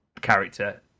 character